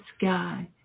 sky